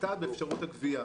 הפחתה באפשרות הגבייה.